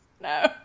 No